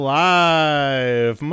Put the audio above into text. live